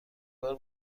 بار